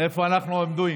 איפה אנחנו עומדים?